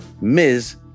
Ms